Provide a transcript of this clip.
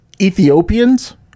ethiopians